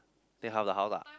take half the house lah